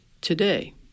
today